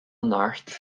anocht